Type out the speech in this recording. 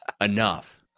enough